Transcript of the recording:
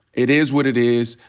it is what it is.